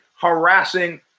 harassing